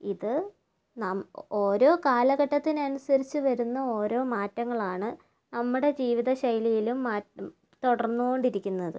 ഇത് ഓരോ കാലഘട്ടത്തിനനുസരിച്ച് വരുന്ന ഓരോ മാറ്റങ്ങളാണ് നമ്മുടെ ജീവിത ശൈലിയിലും തുടർന്നുകൊണ്ടിരിക്കുന്നത്